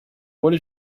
bolha